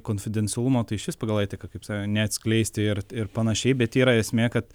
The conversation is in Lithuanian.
konfidencialumo tai išvis pagal etiką kaip sakan neatskleisti ir ir panašiai bet yra esmė kad